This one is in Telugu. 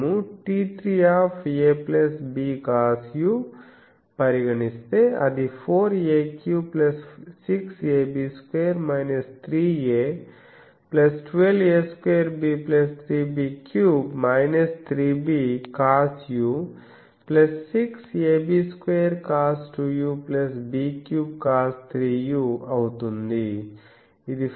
మేము T3a bcos పరిగణిస్తే అది 4a3 6ab2 3a 12a2b3b3 3bcosu6ab2cos2ub3cos3u అవుతుంది